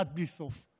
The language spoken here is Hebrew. עד בלי סוף.